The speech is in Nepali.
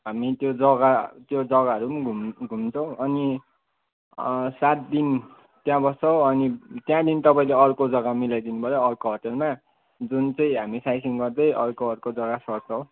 हामी त्यो जग्गा त्यो जग्गाहरू पनि घुम घुम्छौँ अनि सात दिन त्यहाँ बस्छौँ अनि त्यहाँदेखि तपाईँले अर्को जग्गा मिलाइ दिनुपऱ्यो अर्को होटलमा जुन चाहिँ हामी साइड सिन गर्दै अर्को जग्गा सर्छौँ